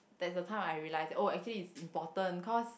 that's the time I realise it oh actually is important cause